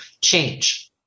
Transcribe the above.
change